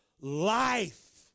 life